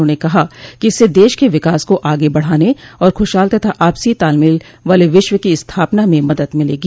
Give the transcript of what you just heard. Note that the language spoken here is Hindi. उन्होंने कहा कि इससे देश के विकास को आगे बढ़ाने और ख्रशहाल तथा आपसी तालमेल वाले विश्व की स्थापना में मदद मिलेगी